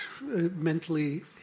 mentally